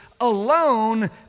alone